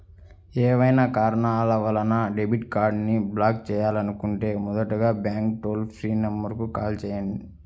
ఏవైనా కారణాల వలన డెబిట్ కార్డ్ని బ్లాక్ చేయాలనుకుంటే మొదటగా బ్యాంక్ టోల్ ఫ్రీ నెంబర్ కు కాల్ చేయాలి